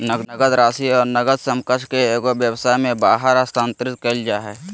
नकद राशि और नकद समकक्ष के एगो व्यवसाय में बाहर स्थानांतरित कइल जा हइ